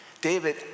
David